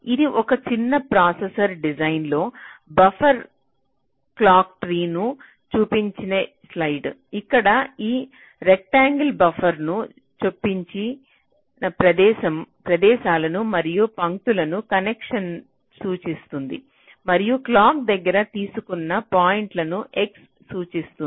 ఇది ఒక చిన్న ప్రాసెసర్ డిజైన్ లో బఫర్డ్ క్లాక్ ట్రీను చూపించే స్లైడ్ ఇక్కడ ఈ రెక్టాంగిల్ బఫర్లను చొప్పించిన ప్రదేశాలను మరియు పంక్తులు కనెక్షన్లను సూచిస్తుంది మరియు క్లాక్ దగ్గర తీసుకున్న పాయింట్లను x సూచిస్తుంది